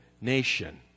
nation